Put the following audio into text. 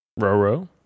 Roro